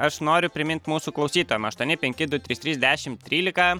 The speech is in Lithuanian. aš noriu primint mūsų klausytojam aštuoni penki du trys trys dešim trylika